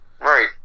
Right